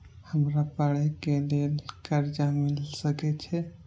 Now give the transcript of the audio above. हमरा पढ़े के लेल कर्जा मिल सके छे?